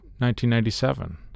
1997